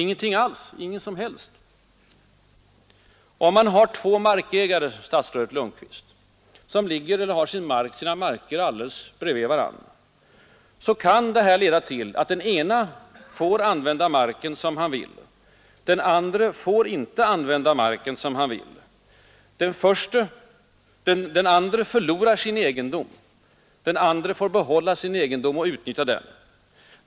Ingen som helst! Om två markägare har sina marker alldeles bredvid varandra, så kan de nya reglerna leda till att den ena får använda marken som han vill, medan den andra inte får använda marken som han vill. En av dem förlorar egendom, och en av dem får behålla sin egendom och utnyttja den.